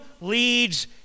leads